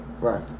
Right